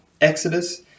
Exodus